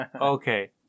Okay